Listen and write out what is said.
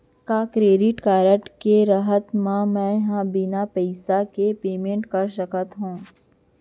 का credit card के रहत म, मैं ह बिना पइसा के पेमेंट कर सकत हो?